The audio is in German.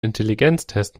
intelligenztest